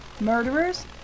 Murderers